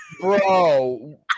Bro